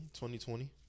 2020